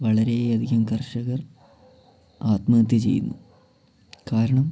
വളരെയധികം കർഷകർ ആത്മഹത്യ ചെയ്യുന്നു കാരണം